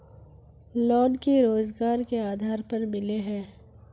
Loan की रोजगार के आधार पर मिले है?